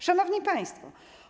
Szanowni Państwo!